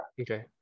Okay